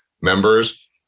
members